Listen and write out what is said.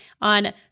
on